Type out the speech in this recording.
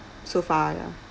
so far ya